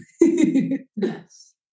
Yes